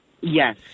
Yes